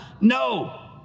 No